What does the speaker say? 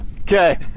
Okay